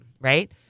Right